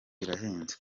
birahenze